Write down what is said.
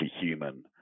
human